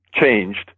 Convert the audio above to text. changed